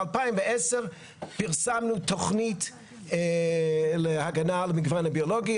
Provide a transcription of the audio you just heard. ב-2010 פרסמנו תוכנית להגנה על המגוון הביולוגי,